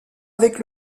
avec